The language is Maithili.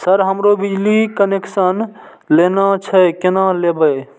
सर हमरो बिजली कनेक्सन लेना छे केना लेबे?